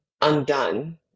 undone